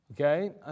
Okay